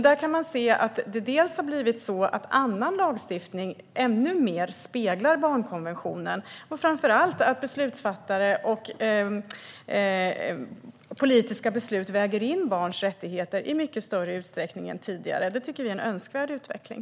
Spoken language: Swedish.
Där ser vi att det dels har blivit så att annan lagstiftning ännu mer speglar barnkonventionen, dels att beslutsfattare och politiska beslut väger in barns rättigheter i mycket större utsträckning än tidigare. Det tycker vi är en önskvärd utveckling.